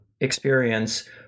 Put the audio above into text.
experience